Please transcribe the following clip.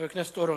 חבר הכנסת אורון.